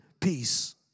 peace